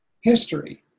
history